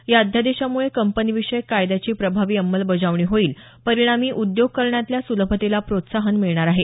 या अध्यादेशामुळे कंपनी विषयक कायद्याची प्रभावी अंमलबजावणी होईल परिणामी उद्योग करण्यातल्या सुलभतेला प्रोत्साहन मिळणार आहे